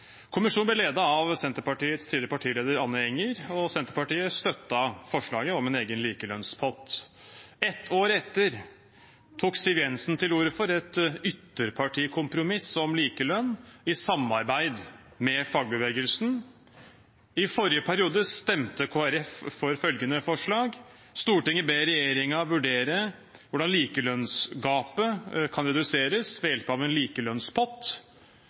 Kommisjonen ble ledet av Senterpartiets tidligere partileder, Anne Enger, og Senterpartiet støttet forslaget om en egen likelønnspott. Ett år etter tok Siv Jensen til orde for et ytterpartikompromiss om likelønn, i samarbeid med fagbevegelsen. I forrige periode stemte Kristelig Folkeparti for følgende forslag: «Stortinget ber regjeringen vurdere hvordan lønnsgapet mellom kvinner og menn kan reduseres og elimineres ved hjelp av en likelønnspott.»